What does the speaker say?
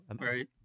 Right